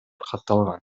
катталган